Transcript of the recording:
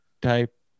type